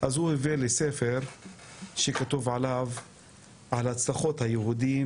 אז הוא הביא לי ספר שכתוב עליו "על הצלחות היהודים